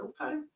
okay